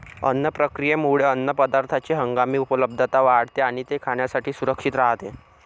अन्न प्रक्रियेमुळे अन्नपदार्थांची हंगामी उपलब्धता वाढते आणि ते खाण्यासाठी सुरक्षित राहते